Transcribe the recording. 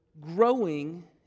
growing